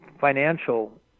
financial